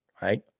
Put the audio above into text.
Right